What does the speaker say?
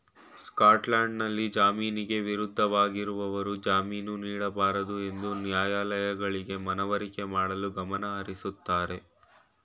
ಸ್ಕಾಟ್ಲ್ಯಾಂಡ್ನಲ್ಲಿ ಜಾಮೀನಿಗೆ ವಿರುದ್ಧವಾಗಿರುವವರು ಜಾಮೀನು ನೀಡಬಾರದುಎಂದು ನ್ಯಾಯಾಲಯಗಳಿಗೆ ಮನವರಿಕೆ ಮಾಡಲು ಗಮನಹರಿಸುತ್ತಾರೆ